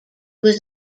was